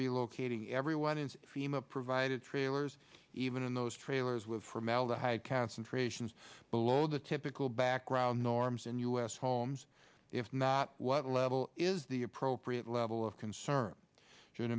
relocating everyone in fema provided trailers even in those trailers with formaldehyde concentrations below the typical background norms and us homes if not what level is the appropriate level of concern